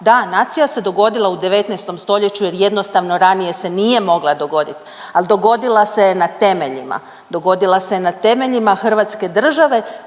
Da, nacija se dogodila u 19. stoljeću jer jednostavno ranije se nije mogla dogodit. Ali dogodila se je na temeljima, dogodila se je na temeljima Hrvatske države